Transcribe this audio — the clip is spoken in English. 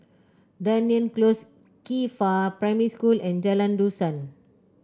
Dunearn Close Qifa Primary School and Jalan Dusan